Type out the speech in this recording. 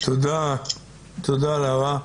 תודה לרה.